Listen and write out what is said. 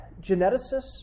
geneticists